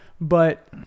but-